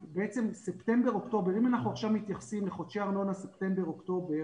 אם אנחנו עכשיו מתייחסים לחודשי ארנונה ספטמבר-אוקטובר,